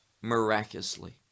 miraculously